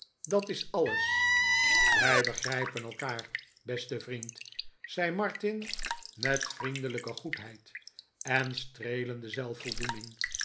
dat is alles wij begrijpen elkaar beste vriend zei martin met vriendelijke goedheid en streelende